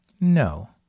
No